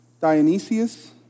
Dionysius